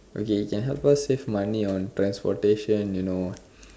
okay it can help us save money on transportation you know